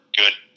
good